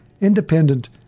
independent